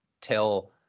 tell